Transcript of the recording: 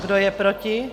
Kdo je proti?